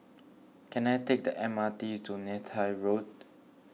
can I take the M R T to Neythai Road